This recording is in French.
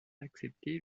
acceptée